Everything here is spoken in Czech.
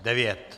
9.